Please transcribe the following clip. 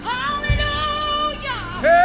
Hallelujah